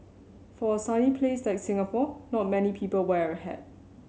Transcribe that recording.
for a sunny place like Singapore not many people wear a hat